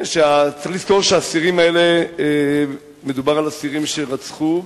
צריך לזכור שמדובר על אסירים שרצחו,